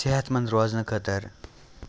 صحت منٛد روزنہٕ خٲطرٕ